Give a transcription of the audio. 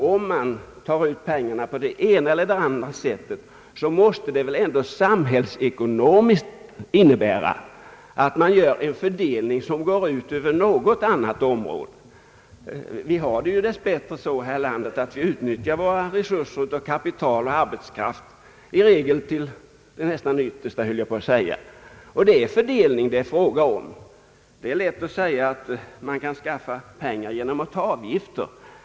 Om man tar ut pengarna på det ena eller andra sättet måste det väl ändå samhällsekonomiskt innebära att man gör en fördelning som går ut över något annat område. Vi har det dess bättre så här i landet att vi i regel utnyttjar våra resurser av kapital och arbetskraft nästan till det yttersta. Det är fördelningen som det är fråga om. Det är lätt att säga att man kan skaffa pengar genom att ta ut avgifter.